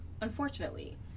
Unfortunately